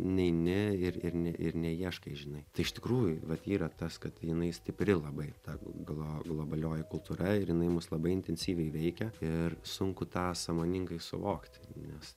neini ir ir ne ir neieškai žinai tai iš tikrųjų vat yra tas kad jinai stipri labai ta glob globalioji kultūra ir jinai mus labai intensyviai veikia ir sunku tą sąmoningai suvokti nes